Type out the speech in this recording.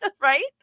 right